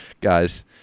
Guys